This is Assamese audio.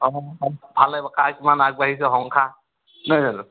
অ ভাল লাগিব কাৰ কিমান আগবাঢ়িছে সংসাৰ নহয় জানোঁ